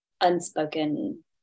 unspoken